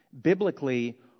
Biblically